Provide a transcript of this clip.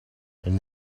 and